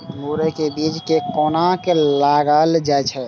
मुरे के बीज कै कोना लगायल जाय?